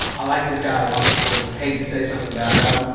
i like this guy a lot. i would hate to say something bad about him,